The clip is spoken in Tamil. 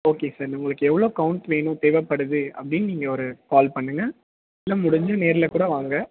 ஓகே சார் இன்னும் உங்களுக்கு எவ்வளோ கௌண்ட் வேணும் தேவைப்படுது அப்படின்னு நீங்கள் ஒரு கால் பண்ணுங்க இல்லை முடிஞ்சால் நேரில் கூட வாங்க